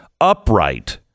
upright